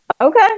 Okay